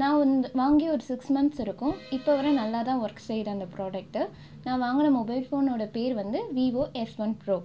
நா வந்து வாங்கி ஒரு சிக்ஸ் மந்த்ஸ் இருக்கும் இப்ப வரை நல்லாதான் ஒர்க் செய்யுது அந்த ப்ரொடக்ட்டு நா வாங்குன மொபைல் போனோட பேர் வந்து விவோ எஸ்ஒன் ப்ரோ